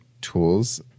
tools